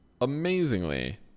Amazingly